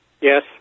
Yes